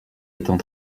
étant